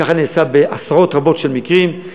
כך נעשה בעשרות רבות של מקרים.